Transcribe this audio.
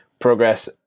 progress